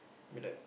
I mean like